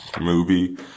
movie